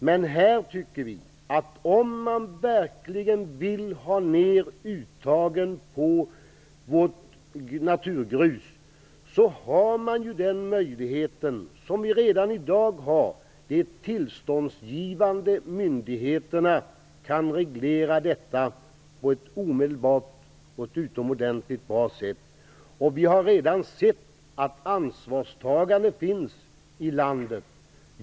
Men här tycker vi att om man verkligen vill ha ned uttagen av vårt naturgrus finns ju redan i dag en möjlighet för de tillståndsgivande myndigheterna att reglera detta på ett omedelbart och utomordentligt bra sätt. Vi har redan sett att det finns ansvarstagande i landet.